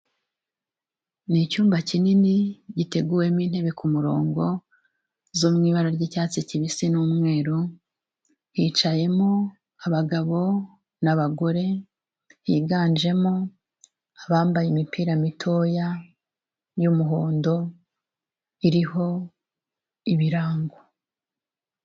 Ni icyumba kinini giteguwemo intebe ku murongo zo mu ibara ry'icyatsi kibisi n'umweru, hicayemo abagabo n'abagore biganjemo abambaye imipira mitoya y'umuhondo iriho ibirango.